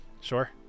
Sure